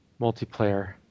multiplayer